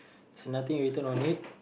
there's nothing written on it